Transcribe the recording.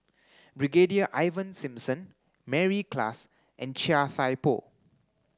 Brigadier Ivan Simson Mary Klass and Chia Thye Poh